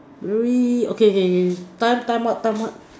very okay okay okay time time out time out